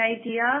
idea